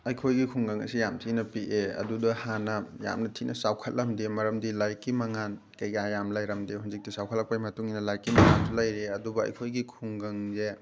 ꯑꯩꯈꯣꯏꯒꯤ ꯈꯨꯡꯒꯪ ꯑꯁꯤ ꯌꯥꯝ ꯊꯤꯅ ꯄꯤꯛꯑꯦ ꯑꯗꯨꯗ ꯍꯥꯟꯅ ꯌꯥꯝꯅ ꯊꯤꯅ ꯆꯥꯎꯈꯠꯂꯝꯗꯦ ꯃꯔꯝꯗꯤ ꯂꯥꯏꯔꯤꯛꯀꯤ ꯃꯉꯥꯟ ꯀꯩꯀꯥ ꯌꯥꯝ ꯂꯩꯔꯝꯗꯦ ꯍꯧꯖꯤꯛꯇꯤ ꯆꯥꯎꯈꯠꯂꯛꯄꯩ ꯃꯇꯨꯡ ꯏꯟꯅ ꯂꯥꯏꯔꯤꯛꯀꯤ ꯃꯉꯥꯟꯁꯨ ꯂꯩꯔꯦ ꯑꯗꯨꯒ ꯑꯩꯈꯣꯏꯒꯤ ꯈꯨꯡꯒꯪꯁꯦ